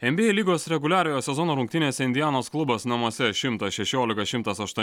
nba lygos reguliariojo sezono rungtynėse indianos klubas namuose šimtas šešiolika šimtas aštuoni